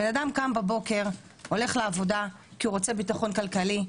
בן אדם קם בבוקר והולך לעבודה כשהוא רוצה ביטחון כלכלי,